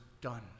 done